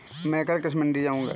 मैं कल कृषि मंडी जाऊँगा